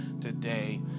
today